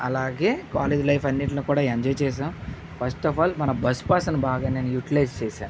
అలాగే college life అన్నిట్లో కూడా ఎంజాయ్ చేసాం ఫస్ట్ అఫ్ ఆల్ మన బస్ పాస్ని బాగా యుటిలైజ్ చేశా